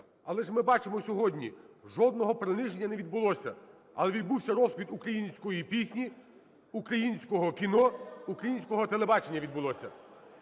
Але ж ми бачимо сьогодні – жодного приниження не відбулося. Але відбувся розквіт української пісні, українського кіно, українського телебачення відбувся.